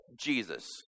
Jesus